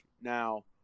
Now